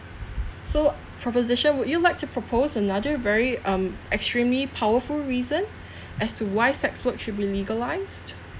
so proposition would you like to propose another very um extremely powerful reason as to why sex work should be legalised